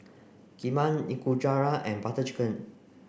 Kheema Nikujaga and Butter Chicken